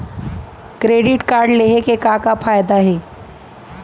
Credit card लेहे के का का फायदा हे?